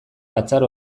batzar